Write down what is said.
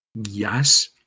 Yes